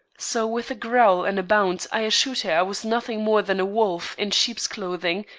so with a growl and a bound i assured her i was nothing more than a wolf in sheep's clothing,